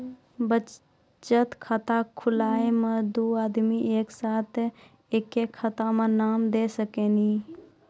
बचत खाता खुलाए मे दू आदमी एक साथ एके खाता मे नाम दे सकी नी?